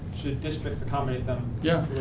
should districts accommodate them yeah